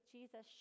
Jesus